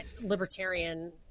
libertarian